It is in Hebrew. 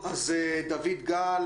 דוד גל,